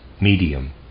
medium